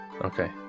Okay